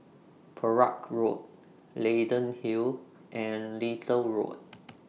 Perak Road Leyden Hill and Little Road